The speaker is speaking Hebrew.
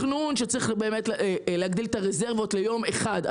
ותכנון שצריך להגדיל את הרזרבות ליום אחד.